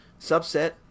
subset